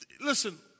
Listen